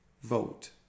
vote